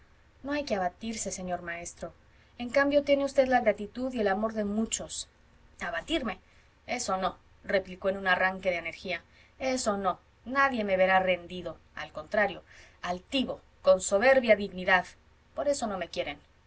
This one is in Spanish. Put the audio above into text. no hay que abatirse señor maestro en cambio tiene usted la gratitud y el amor de muchos abatirme eso no replicó en un arranque de energía eso no nadie me verá rendido al contrario altivo con soberbia dignidad por eso no me quieren